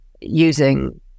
using